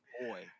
boy